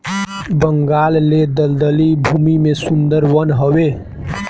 बंगाल ले दलदली भूमि में सुंदर वन हवे